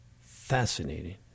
fascinating